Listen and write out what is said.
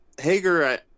hager